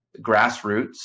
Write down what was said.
grassroots